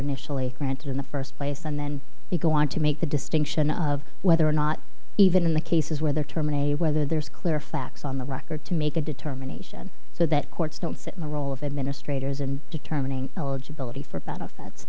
initially granted in the first place and then we go on to make the distinction of whether or not even in the cases where they're terminated whether there's clear facts on the record to make a determination so that courts don't sit in the role of administrators and determining eligibility for